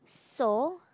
so